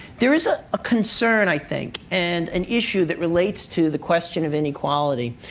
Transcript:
there is a ah concern, i think, and an issue that relates to the question of inequality.